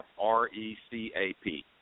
R-E-C-A-P